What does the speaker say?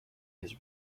has